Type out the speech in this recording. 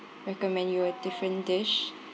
recommend you a different dish